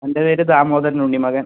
എൻ്റെ പേര് ദാമോദരൻ ഉണ്ണി മകൻ